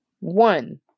One